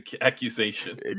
accusation